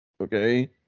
Okay